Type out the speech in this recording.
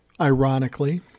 ironically